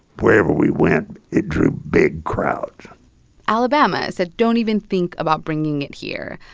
wherever we went, it drew big crowds alabama said, don't even think about bringing it here.